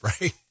right